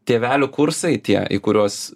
tėvelių kursai tie į kuriuos